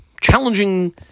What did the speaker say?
challenging